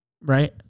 right